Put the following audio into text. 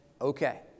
okay